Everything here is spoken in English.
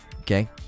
okay